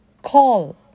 Call